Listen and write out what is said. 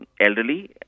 elderly